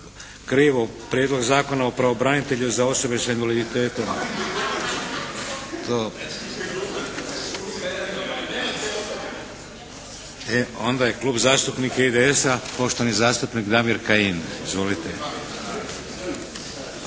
krivu. Prijedlog zakona o branitelju za osobe sa invaliditetom. E onda je Klub zastupnika IDS-a, poštovani zastupnik Damir Kajin. Izvolite.